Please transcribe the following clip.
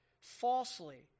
falsely